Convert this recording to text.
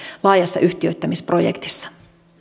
laajassa yhtiöittämisprojektissa